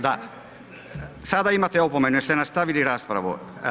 Da, sada imate opomenu, jer ste nastavili raspravu.